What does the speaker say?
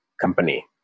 Company